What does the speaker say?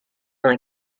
vingt